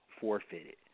forfeited